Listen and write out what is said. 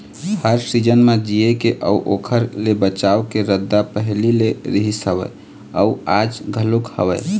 हर season म जीए के अउ ओखर ले बचाव के रद्दा पहिली ले रिहिस हवय अउ आज घलोक हवय